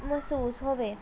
ਮਹਿਸੂਸ ਹੋਵੇ